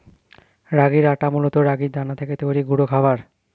রাগির আটা মূলত রাগির দানা থেকে তৈরি গুঁড়ো খাবার